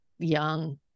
young